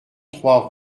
trois